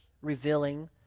revealing